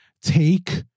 take